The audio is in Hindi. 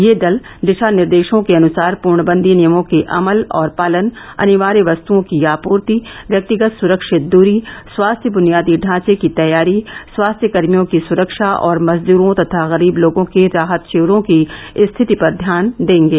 ये दल दिशा निर्देशों के अनुसार पूर्णवंदी नियमों के अमल और पालन अनिवार्य वस्तुओं की आपूर्ति व्यक्तिगत सुरक्षित दूरी स्वास्थ्य बुनियादी ढांचे की तैयारी स्वास्थ्यकर्मियों की सुरक्षा और मजदूरों तथा गरीब लोगों के राहत शिविरों की स्थिति पर ध्यान देंगे